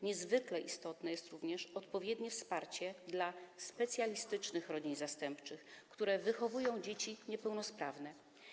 Niezwykle istotne jest również odpowiednie wsparcie dla specjalistycznych rodzin zastępczych, które wychowują dzieci niepełnosprawne.